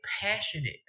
passionate